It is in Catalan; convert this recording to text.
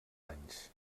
anys